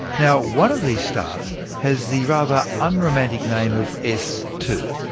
now, one of these stars has the rather unromantic name of s two.